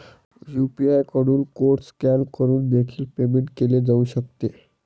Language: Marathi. यू.पी.आय कडून कोड स्कॅन करून देखील पेमेंट केले जाऊ शकते